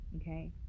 Okay